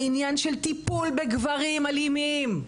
העניין של טיפול בגברים אלימים.